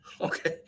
okay